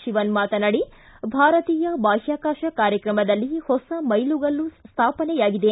ಶಿವನ್ ಮಾತನಾಡಿ ಭಾರತೀಯ ಬಾಹ್ಯಾಕಾಶ ಕಾರ್ಯಕ್ರಮದಲ್ಲಿ ಹೊಸ ಮೈಲಿಗಲ್ಲು ಸ್ಥಾಪನೆಯಾಗಿದೆ